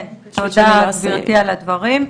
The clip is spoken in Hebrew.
כן, תודה גברתי על הדברים.